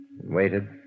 waited